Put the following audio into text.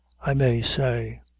i may say.